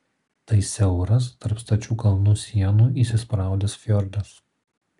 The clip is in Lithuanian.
tai siauras tarp stačių kalnų sienų įsispraudęs fjordas